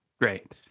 Great